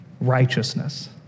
righteousness